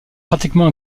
pratiquement